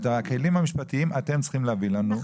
את הכלים המשפטיים אתם צריכים להביא לנו.